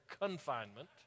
confinement